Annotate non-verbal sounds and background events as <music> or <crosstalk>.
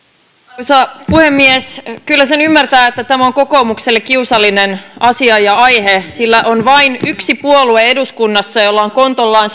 arvoisa puhemies kyllä sen ymmärtää että tämä on kokoomukselle kiusallinen asia ja aihe sillä eduskunnassa on vain yksi puolue jolla on kontollaan <unintelligible>